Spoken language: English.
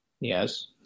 Yes